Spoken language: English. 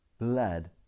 blood